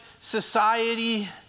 society